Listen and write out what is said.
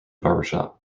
barbershop